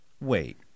wait